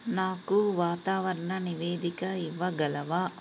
నాకు వాతావరణ నివేదిక ఇవ్వగలవా